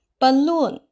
balloon